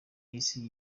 y’isi